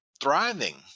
thriving